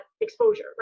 exposure